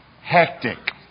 hectic